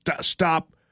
stop